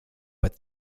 but